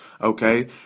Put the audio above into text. okay